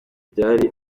byari